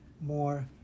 more